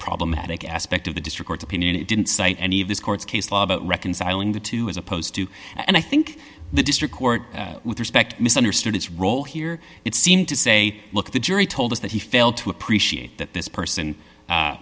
problematic aspect of the district's opinion it didn't cite any of this court's cases reconciling the two as opposed to and i think the district court with respect misunderstood its role here it seemed to say look the jury told us that he failed to appreciate that this person